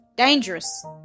Dangerous